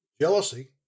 Jealousy